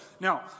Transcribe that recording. Now